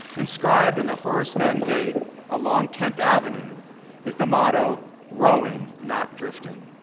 inscribed in the horace mann gate along tenth avenue is the motto rowing, not drifting.